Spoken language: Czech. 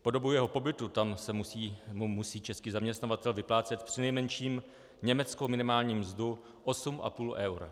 Po dobu jeho pobytu tam mu musí český zaměstnavatel vyplácet přinejmenším německou minimální mzdu 8,5 eura.